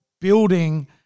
building